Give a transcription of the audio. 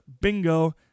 bingo